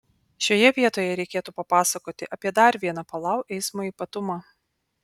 šioje vietoje reikėtų papasakoti apie dar vieną palau eismo ypatumą